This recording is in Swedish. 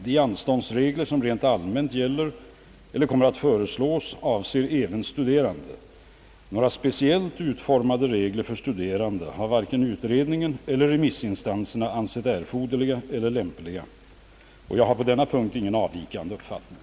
De anståndsregler som rent allmänt gäller eller kommer att föreslås avser även studerande. Några speciellt utformade regler för studerande har varken utredningen eller remissinstanserna ansett ' erforderliga eller lämpliga. Jag har på denna punkt ingen avvikande uppfattning.